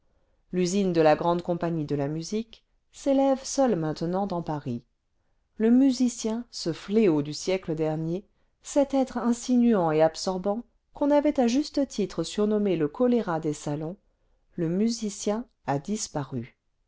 l'usine de la grande compagnie cle la musique s'élève seule maintenant dans paris le musicien ce fléau du siècle dernier cet être insinuant et absorbant qu'on avait ajuste titre surnommé le choléra des salons le musicien a disparu